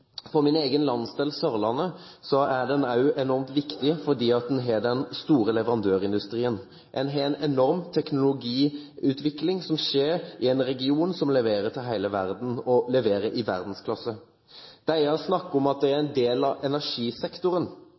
min egen landsdel, Sørlandet, er den også enormt viktig fordi vi har en stor leverandørindustri – en enorm teknologiutvikling skjer i en region som leverer til hele verden og leverer i verdensklasse. De snakker også om at de er en del av energisektoren,